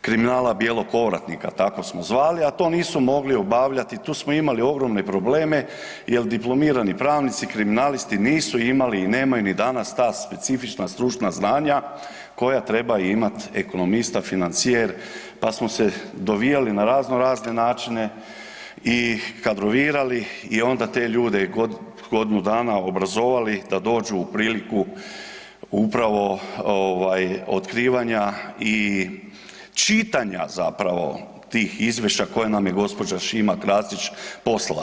kriminala bijelog ovratnika, tako smo zvali, a to nisu mogli obavljati tu smo imali ogromne probleme jer diplomirani pravnici kriminalisti nisu imali i nemaju ni danas ta specifična stručna znanja koja treba imati ekonomist, financijer pa smo se dovijali na raznorazne načine i kadrovirali i onda te ljude godinu dana obrazovali da dođu u priliku upravo otkrivanja i čitanja zapravo tih izvješća koja nam je gospođa Šima Krasić poslala.